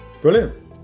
Brilliant